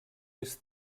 est